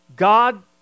God